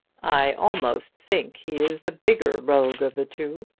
i almost think he is the bigger rogue of the two,